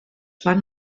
fan